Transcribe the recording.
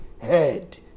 head